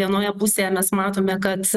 vienoje pusėje mes matome kad